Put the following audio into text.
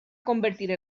convertir